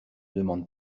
demande